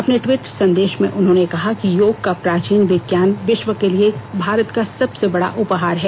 अपने ट्वीट संदेश में उन्होंने कहा कि योग का प्राचीन विज्ञान विश्व के लिए भारत का सबसे बड़ा उपहार है